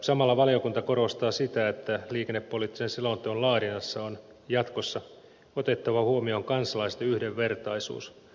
samalla valiokunta korostaa sitä että liikennepoliittisen selonteon laadinnassa on jatkossa otettava huomioon kansalaisten yhdenvertaisuus